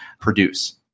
produce